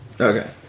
Okay